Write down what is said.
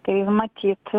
tai matyt